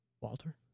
Walter